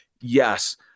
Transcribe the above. yes